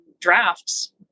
drafts